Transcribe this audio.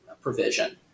provision